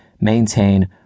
maintain